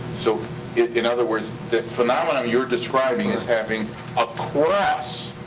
so in other words, the phenomenon you're describing is happening across